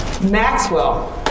maxwell